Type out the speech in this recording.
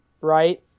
right